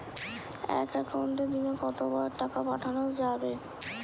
এক একাউন্টে দিনে কতবার টাকা পাঠানো যাবে?